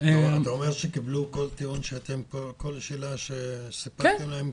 אתה אומר שקיבלו כל טיעון לכל שאלה שאתם סיפרתם להם?